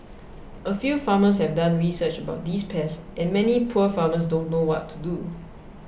a few farmers have done research about these pests and many poor farmers don't know what to do